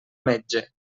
metge